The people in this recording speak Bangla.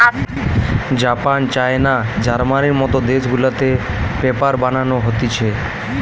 জাপান, চায়না, জার্মানির মত দেশ গুলাতে পেপার বানানো হতিছে